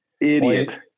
Idiot